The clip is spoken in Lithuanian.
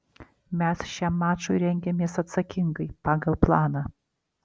mes šiam mačui rengiamės atsakingai pagal planą